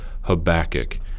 Habakkuk